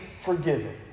forgiven